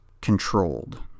controlled